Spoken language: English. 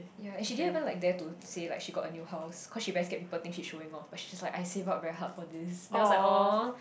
ya and she didn't even like dare to say like she got a new house cause she very scared people think she showing off but she's like I save up very hard for this then I was like aw